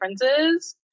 differences